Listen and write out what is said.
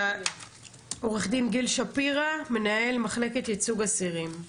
עו"ד גיל שפירא, מנהל מחלקת ייצוג אסירים.